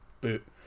boot